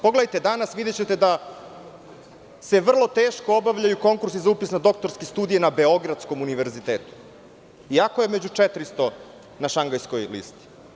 Pogledajte danas i videćete da se vrlo teško obavljaju konkursi za upis na doktorske studije na Beogradskom univerzitetu, iako je među 400 na Šangajskoj listi.